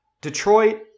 Detroit